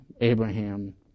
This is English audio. Abraham